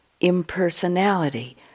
impersonality